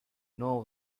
know